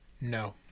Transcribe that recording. No